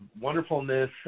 wonderfulness